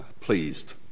pleased